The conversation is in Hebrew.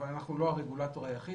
אבל אנחנו לא הרגולטור היחיד,